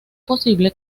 posible